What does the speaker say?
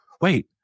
Wait